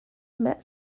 met